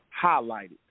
highlighted